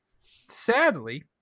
sadly